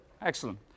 Excellent